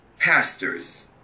pastors